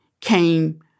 came